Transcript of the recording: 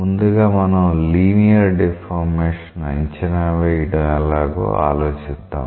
ముందుగా మనం linear deformation అంచనా వేయడం ఎలాగో ఆలోచిద్దాం